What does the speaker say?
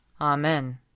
Amen